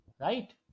right